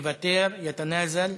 מוותר, יתנאזל,